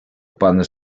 пане